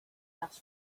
gas